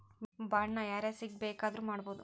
Bond ನ ಯಾರ್ಹೆಸ್ರಿಗ್ ಬೆಕಾದ್ರುಮಾಡ್ಬೊದು?